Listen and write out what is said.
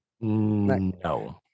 No